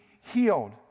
healed